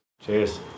Cheers